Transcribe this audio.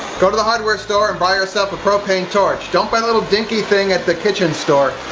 go to the hardware store and buy yourself a propane torch. don't buy a little dinky thing at the kitchen store.